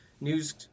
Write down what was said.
news